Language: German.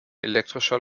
elektrischer